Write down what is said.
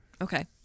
Okay